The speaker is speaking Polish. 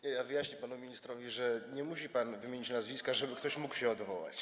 Ja wyjaśnię panu ministrowi, że nie musi pan wymienić nazwiska, żeby ktoś mógł się do nich odwołać.